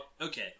Okay